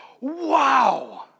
wow